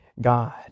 God